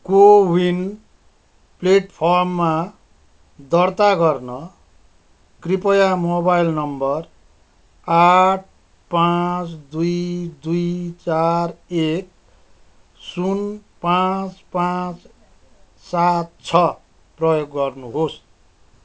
कोविन प्लेटफर्ममा दर्ता गर्न कृपया मोबाइल नम्बर आठ पाँच दुई दुई चार एक शून्य पाँच पाँच सात छ प्रयोग गर्नुहोस्